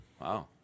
Wow